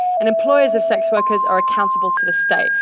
and employers of sex workers are accountable to the state.